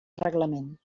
reglament